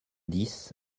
dix